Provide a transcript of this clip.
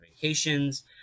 Vacations